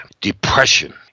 depression